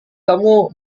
kamu